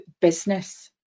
business